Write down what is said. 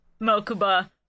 Mokuba